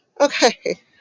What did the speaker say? Okay